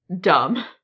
dumb